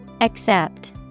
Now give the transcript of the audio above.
Accept